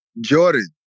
Jordan